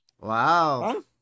Wow